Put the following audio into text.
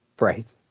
Right